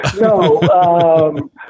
No